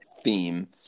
theme